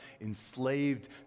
enslaved